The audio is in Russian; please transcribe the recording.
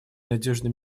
надежный